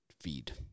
feed